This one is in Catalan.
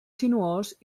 sinuós